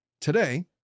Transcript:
Today